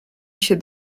się